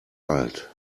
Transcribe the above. alt